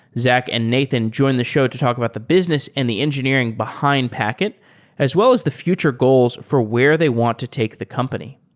zach and nathan join the show to talk about the business and the engineering behind packet as well as the future goals for where they want to take the company.